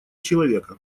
человека